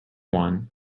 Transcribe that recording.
one